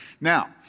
Now